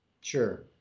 Sure